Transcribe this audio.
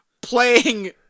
playing